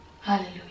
Hallelujah